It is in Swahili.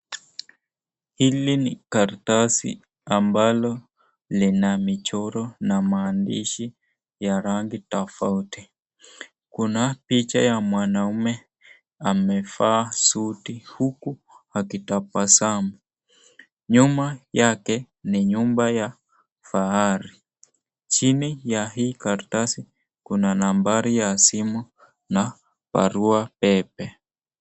Hili ni karatasi ambalo lina michoro na maandishi ya rangi tofauti. Kuna picha ya mwanaume amevaa suti huku akitabasamu. Nyuma yake ni nyumba ya fahari. Chini ya hii karatasi kuna nambari ya simu na barua pepe.